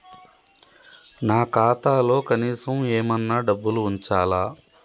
నా ఖాతాలో కనీసం ఏమన్నా డబ్బులు ఉంచాలా?